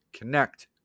connect